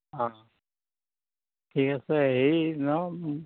অঁ ঠিক আছে এই নহয়